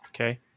Okay